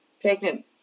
pregnant